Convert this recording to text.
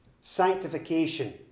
Sanctification